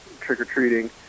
trick-or-treating